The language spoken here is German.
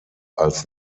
als